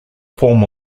form